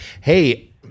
Hey